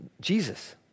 Jesus